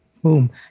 Boom